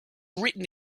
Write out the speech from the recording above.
written